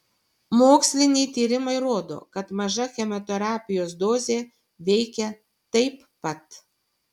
moksliniai tyrimai rodo kad maža chemoterapijos dozė veikia taip pat